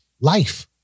Life